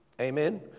Amen